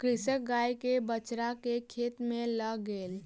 कृषक गाय के बछड़ा के खेत में लअ गेल